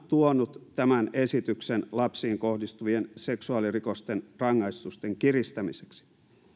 tuonut tämän esityksen lapsiin kohdistuvien seksuaalirikosten rangaistusten kiristämiseksi